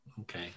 Okay